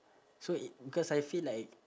so it because I feel like